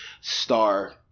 star